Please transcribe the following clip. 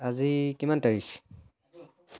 আজি কিমান তাৰিখ